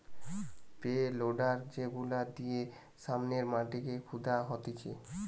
pay loader যেগুলা দিয়ে সামনের মাটিকে খুদা হতিছে